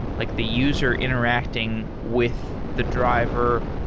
like the user interacting with the driver,